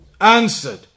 answered